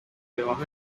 debajo